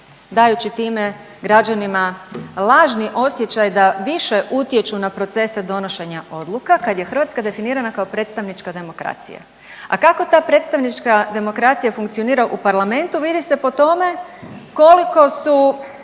dajući time građanima lažni osjećaj da više utječu na procese donošenja odluka, kad je Hrvatska definirana kao predstavnička demokracija. A kako ta predstavnička demokracija funkcionira u parlamentu, vidi se po tome koliko su